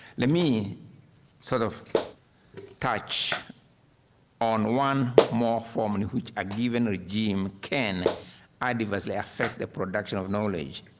let me sort of catch on one more form and which at given regime can and adversely affect the production of knowledge,